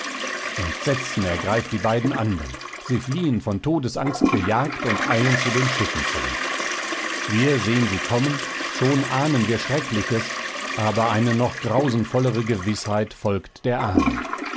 entsetzen ergreift die beiden andern sie fliehen von todesangst gejagt und eilen zu den schiffen zurück wir sehen sie kommen schon ahnen wir schreckliches aber eine noch grausenvollere gewißheit folgte der ahnung